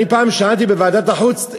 אני פעם שאלתי בוועדת החוץ,